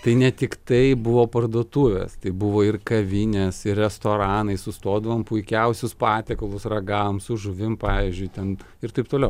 tai ne tik tai buvo parduotuvės tai buvo ir kavinės ir restoranai sustodavom puikiausius patiekalus ragavom su žuvim pavyzdžiui ten ir taip toliau